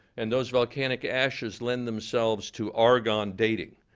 and those volcanic ashes lend themselves to argon dating.